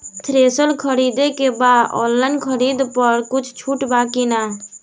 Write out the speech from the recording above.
Thresher खरीदे के बा ऑनलाइन खरीद पर कुछ छूट बा कि न?